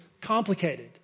complicated